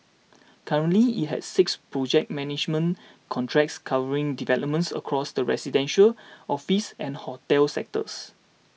currently it has six project management contracts covering developments across the residential office and hotel sectors